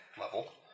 level